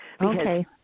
Okay